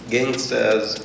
Gangsters